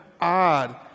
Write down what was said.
odd